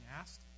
asked